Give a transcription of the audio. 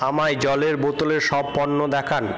আমায় জলের বোতলের সব পণ্য দেখান